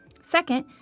Second